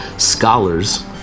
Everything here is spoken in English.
Scholars